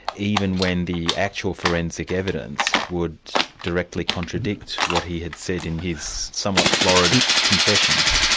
even when the actual forensic evidence would directly contradict what he had said in his somewhat florid and confessions?